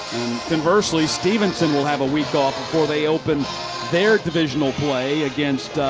conversely, stephenson will have a week off before they open their divisional play against